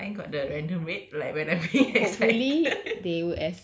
I love how mine got the random red like when I'm very excited